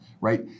right